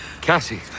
Cassie